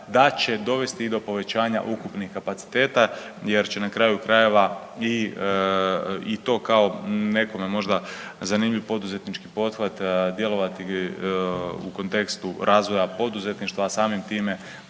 da će dovesti i do povećanja ukupnih kapaciteta jer će na kraju krajeva i to kao nekome zanimljiv poduzetnički pothvat djelovati u kontekstu razvoja poduzetništva, a samim time